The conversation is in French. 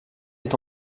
est